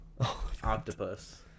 Octopus